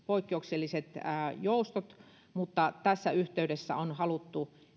poikkeukselliset joustot mutta tässä yhteydessä on haluttu